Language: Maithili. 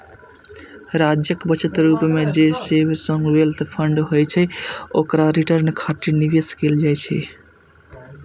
राज्यक बचत रूप मे जे सॉवरेन वेल्थ फंड होइ छै, ओकरा रिटर्न खातिर निवेश कैल जाइ छै